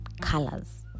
colors